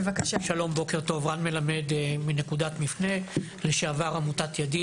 בוקר טוב, רן מלמד מנקודת מפנה, לשעבר עמותת ידיד.